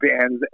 bands